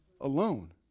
alone